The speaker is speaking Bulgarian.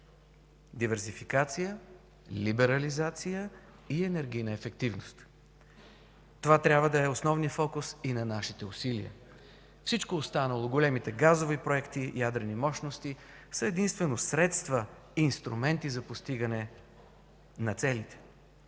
диверсификация, либерализация и енергийна ефективност. Това трябва да е основният фокус и на нашите усилия. Всичко останало – големите газови проекти, ядрени мощности, са единствено средства, инструменти за постигане на целите.